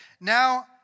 now